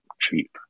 cheap